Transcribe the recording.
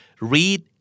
Read